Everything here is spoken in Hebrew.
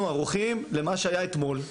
אנחנו ערוכים למה שהיה אתמול.